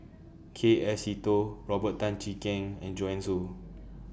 K F Seetoh Robert Tan Jee Keng and Joanne Soo